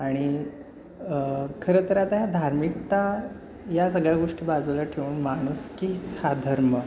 आणि खरंतर आता धार्मिकता या सगळ्या गोष्टी बाजूला ठेवून माणुसकीच हा धर्म